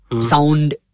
sound